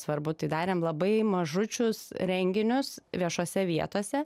svarbu tai darėm labai mažučius renginius viešose vietose